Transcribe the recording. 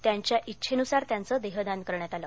त्यांच्या इच्छेन्रसार त्यांचं देहदान करण्यात आलं